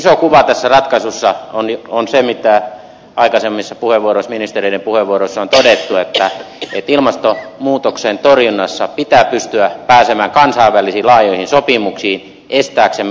iso kuva tässä ratkaisussa on se mitä aikaisemmissa ministereiden puheenvuoroissa on todettu että ilmastonmuutoksen torjunnassa pitää pystyä pääsemään kansainvälisiin laajoihin sopimuksiin estääksemme hiilivuodon